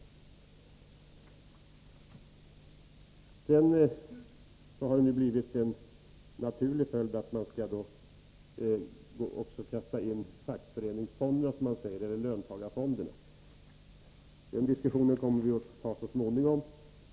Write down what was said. Det har blivit naturligt för moderater att kasta in fackföreningsfonderna, som man säger, eller löntagarfonderna i debatten. Den diskussionen kommer vi ju att ta så småningom.